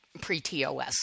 pre-TOS